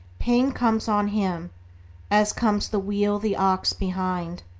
pain comes on him as comes the wheel the ox behind.